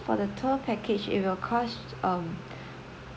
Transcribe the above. for the tour package it will cost um